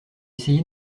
essayer